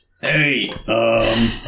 Hey